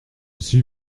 suis